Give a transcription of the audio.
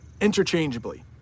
Interchangeably